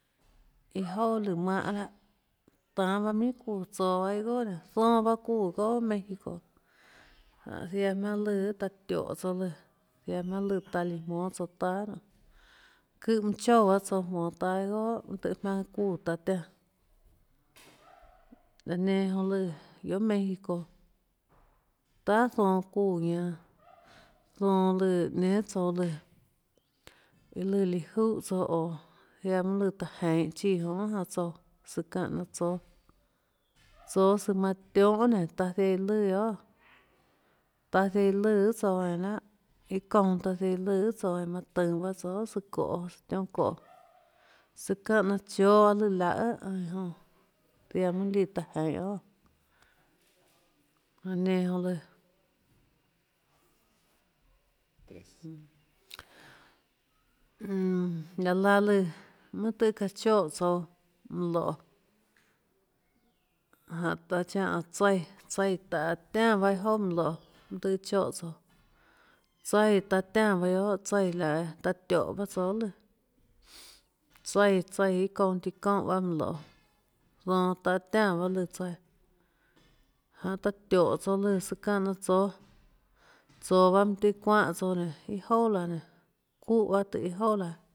Iâ jouà lùã mánhã lahâ tanê baâ minhà çuúã tsoå iâ goà nénå zonã bahâ çuúã iâ goà méxico janê ziaã jmaønâ lùã taã tióhå tsouã lùã ziaã jmaønâ lùã taã líã jmónâ tsouã taâ nonê çùhã mønã choúã baâ tsouã jmonå taâ iâ goà mønâ tøhê jmaønâ çuúã taã tiánã laã nenã jonã lùã guiohà méxico tahà zonãçuúã ñanã zonãlùâã nenã guiohà tsouã lùã iã lùã liã júhã tsouã oå ziaã mønâ lùã taã jeinhå chíã jonã guiohà tsouã søã çánhã laã tsóâ tsoå søã manã tionhâ guiohà nénã taã ziaã iã lùã guiohà taã ziaã iã lùã guiohà tsouã eínã láhà iâ çounã taã ziaã iã lùã guiohà tsouã eínã man tønå guiohà søã çoê søã tionhâ çoê søã çánhã laã chóâ lùã laùhå guiohà anâ iã jonã ziaã mønâ líã taã jienhå guiohà lá nenã jonã lùã mm laã laã lùã mønâ tøhê çaã choè tsouã mønã loê jánhå taã chánhã tsaíã tsaíã taã tiánã bahâ iâ jouà manã loê mønâ tøhê choè tsouã tsaíã taã tiánã bahâ guiohà laã taã tióhå paâ tsouã guiohà lùã tsaíã tsaíã taã tiánã iâ çounã taã çoúnhã mønã loê zonãtaã tiánã bahâ lùã tsaíã jáhå taã tióhå tsouã lùã søã çáhã laã tsóâ tsoå baâ mønâ tøhê çuánhã tsouã nénå iâ jouà laã nénå çuúã bahâ tùhå iâ jouà laã